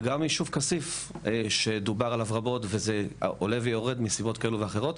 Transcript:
וגם ישוב כסיף שדובר עליו רבות וזה עולה ויורד מסיבות כאלה ואחרות.